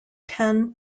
ten